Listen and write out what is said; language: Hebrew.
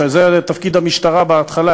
שזה תפקיד המשטרה בהתחלה,